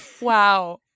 Wow